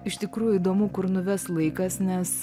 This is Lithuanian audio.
iš tikrųjų įdomu kur nuves laikas nes